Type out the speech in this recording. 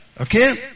Okay